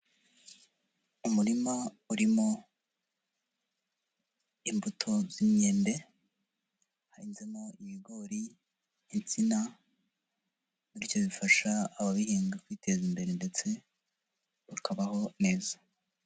Umurima urimo imbuto z'inkende, hahinzemo ibigori, insina, bityo bifasha ababihinga kwiteza imbere, ndetse bakabaho neza.